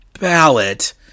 ballot